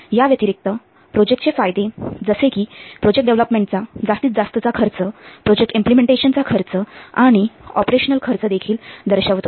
याव्यतिरिक्त प्रोजेक्टचे फायदे जसे कि प्रोजेक्ट डेव्हलपमेंटचा जास्तीतजास्तचा खर्च प्रोजेक्ट इम्प्लिमेंटेशनचा खर्च आणि ऑपरेशनल खर्च देखील दर्शवतो